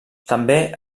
també